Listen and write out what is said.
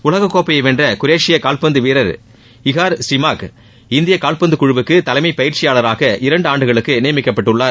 உலகக்கோப்பையை வென்ற குரேஷய கால்பந்து வீரர் இகாக் ஸ்டிமாக் இந்திய கால்பந்து குழுவுக்கு தலைமை பயிற்சியாளராக இரண்டாண்டுகளுக்கு நியமிக்கப்பட்டுள்ளார்